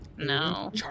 No